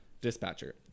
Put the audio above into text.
dispatcher